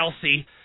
Kelsey